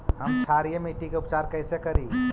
हम क्षारीय मिट्टी के उपचार कैसे करी?